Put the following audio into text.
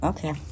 Okay